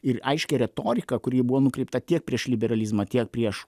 ir aiškią retoriką kuri buvo nukreipta tiek prieš liberalizmą tiek prieš